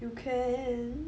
you can